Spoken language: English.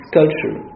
culture